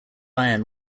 iron